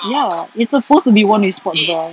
ya it's supposed to be worn with sports bra